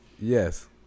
Yes